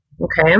okay